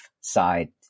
side